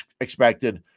expected